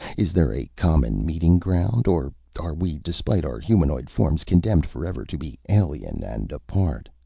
is there a common meeting ground? or are we, despite our humanoid forms, condemned forever to be alien and apart?